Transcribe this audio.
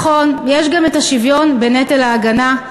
נכון, יש גם השוויון בנטל ההגנה,